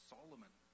Solomon